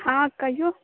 हॅं कहियौ